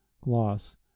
gloss